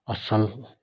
असल